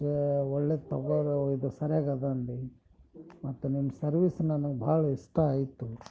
ಒಳ್ಳೇದು ತಗೋರಿ ಇದು ಸರಿಯಾಗದ ಅಂದು ಭೀ ಮತ್ತ ನಿಮ್ಮ ಸರ್ವೀಸ್ ನನಗೆ ಭಾಳ ಇಷ್ಟ ಆಯಿತು